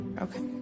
Okay